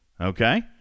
Okay